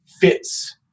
fits